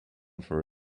for